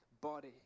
body